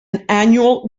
annual